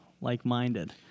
like-minded